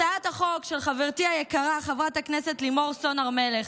הצעת החוק של חברתי היקרה חברת הכנסת לימור סון הר מלך,